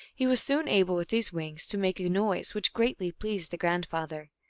he was soon able, with these wings, to make a noise, which greatly pleased the grandfather.